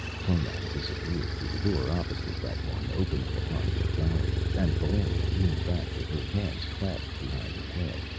conan disappeared through the door opposite that one opening upon the gallery, and valeria leaned back with her hands clasped behind her head,